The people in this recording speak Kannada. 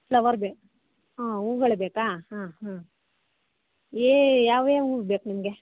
ಫ್ಲವರ್ ಬೇಕು ಹಾಂ ಹೂಗಳು ಬೇಕಾ ಹಾಂ ಹಾಂ ಏ ಯಾವ ಯಾವ ಹೂ ಬೇಕು ನಿಮಗೆ